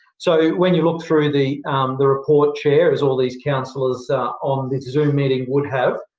so, when you look through the the report, chair, as all of these councillors on this zoom meeting would have,